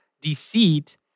deceit